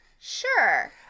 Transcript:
sure